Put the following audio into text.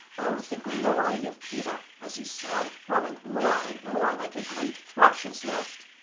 o the glory of peter as he saw it growing more and more like a great thrushes nest!